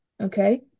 Okay